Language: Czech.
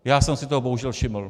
Já jsem si toho bohužel všiml.